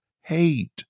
hate